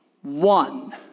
one